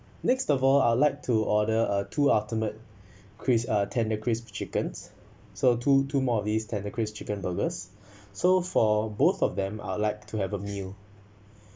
next of all I'd like to order uh two ultimate crisp uh tender crisp chickens so two two more of these tender crisp chicken burgers so for both of them I'd like to have a meal